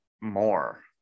more